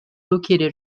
located